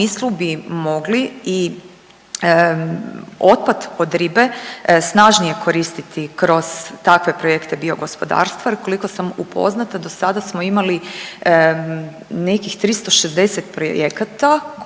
smislu bi mogli i otpad od ribe snažnije koristiti kroz takve projekte biogospodarstva jer koliko sam upoznata do sada smo imali nekih 360 projekata